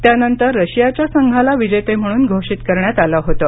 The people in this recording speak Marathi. त्यानंतर रशियाच्या संघाला विजेते म्हणून घोषित करण्यात आलं होतं